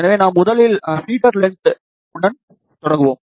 எனவே நான் முதலில் ஃபீடர் லென்த்துடன் தொடங்குகிறேன்